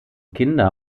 kinder